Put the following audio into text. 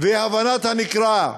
והבנת הנקרא,